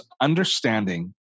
understanding